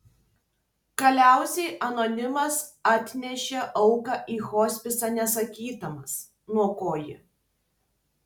galiausiai anonimas atnešė auką į hospisą nesakydamas nuo ko ji